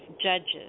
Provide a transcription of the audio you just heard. judges